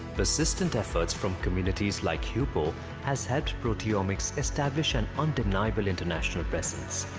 persistent efforts from communities like hupo has helped proteomics establish an undeniable international prestige.